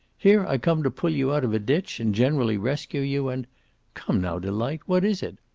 here i come to pull you out of a ditch and generally rescue you, and come, now, delight, what is it?